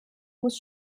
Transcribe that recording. muss